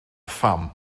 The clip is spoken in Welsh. pham